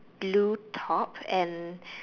blue top and